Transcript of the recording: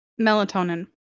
melatonin